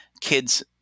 kids